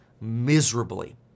miserably